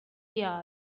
yards